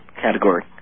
category